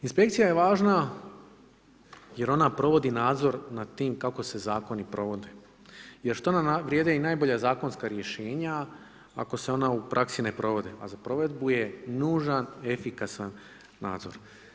Inspekcija je važna jer ona provodi nadzor nad tim kako se zakoni provode, jer što nam vrijeme i najbolja zakonska rješenja ako se ona u praksi ne provode, a za provedbu je nužan efikasan nadzor.